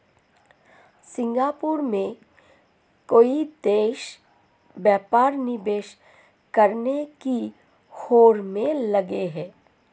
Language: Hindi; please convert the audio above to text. सिंगापुर में कई देश व्यापार निवेश करने की होड़ में लगे हैं